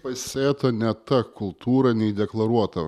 pasėta ne ta kultūra nei deklaruota